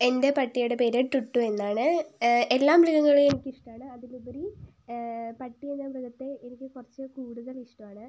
എൻ്റെ പട്ടിയുടെ പേര് ടുട്ടു എന്നാണ് എല്ലാ മൃഗങ്ങളെയും എനിക്കിഷ്ടമാണ് അതിലുപരി പട്ടി എന്ന മൃഗത്തെ എനിക്ക് കുറച്ച് കൂടുതൽ ഇഷ്ട്ടമാണ്